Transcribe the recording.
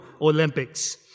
Olympics